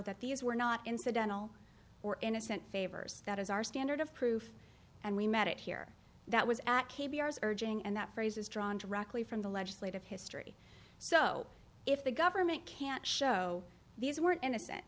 that these were not incidental or innocent favors that is our standard of proof and we met it here that was at k b r urging and that phrase is drawn directly from the legislative history so if the government can't show these weren't innocent